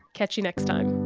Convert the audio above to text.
catch you next time